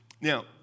Now